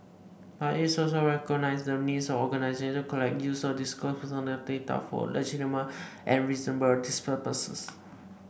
but it also recognises the needs of organisation to collect use or disclose personal data for legitimate and reasonable purposes